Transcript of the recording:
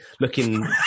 looking